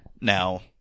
now